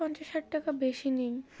পঞ্চাশ ষাট টাকা বেশি নেই